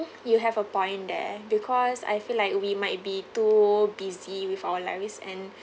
you have a point there because I feel like we might be too busy with our lives and